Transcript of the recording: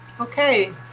Okay